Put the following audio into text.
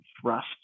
thrust